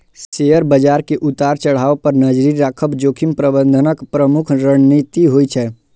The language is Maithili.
शेयर बाजार के उतार चढ़ाव पर नजरि राखब जोखिम प्रबंधनक प्रमुख रणनीति होइ छै